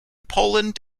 poland